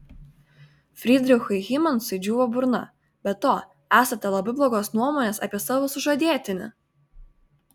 frydrichui hymansui džiūvo burna be to esate labai blogos nuomonės apie savo sužadėtinį